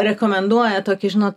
rekomenduoja tokį žinot